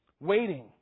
waiting